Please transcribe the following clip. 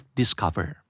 discover